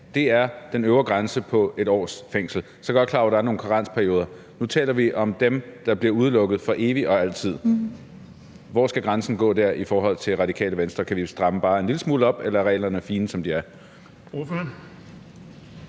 gælder den øvre grænse på 1 års fængsel. Så er jeg godt klar over, at der er nogle karensperioder. Nu taler vi om dem, der bliver udelukket for evigt og altid. Hvor skal grænsen gå der i forhold til Radikale Venstre? Kan vi stramme bare en lille smule op, eller er reglerne fine, som de er?